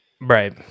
right